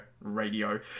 radio